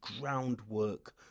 groundwork